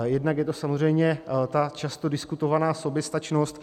Jednak je to samozřejmě ta často diskutovaná soběstačnost.